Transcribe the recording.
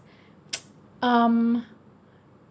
um